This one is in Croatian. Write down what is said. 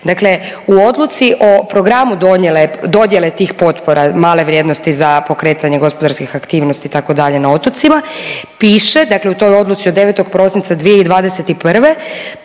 Dakle, u odluci o programu dodjele tih potpora male vrijednosti za pokretanje gospodarskih aktivnosti itd. na otocima piše, dakle u toj odluci od 9. prosinca 2021.